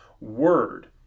word